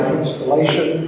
installation